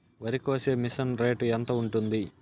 వరికోసే machine rate ఎంత ఉంటుంది?